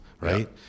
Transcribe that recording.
right